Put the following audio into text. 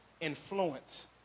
influence